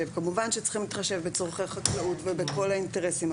שכמובן שצריכים להתחשב בצרכי חקלאות ובכל האינטרסים,